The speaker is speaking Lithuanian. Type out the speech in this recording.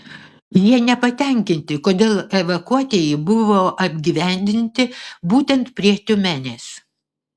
jie nepatenkinti kodėl evakuotieji buvo apgyvendinti būtent prie tiumenės